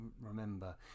remember